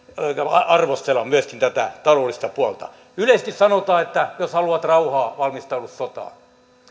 arvostella myöskin tätä taloudellista puolta yleisesti sanotaan että jos haluat rauhaa valmistaudu sotaan